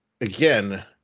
again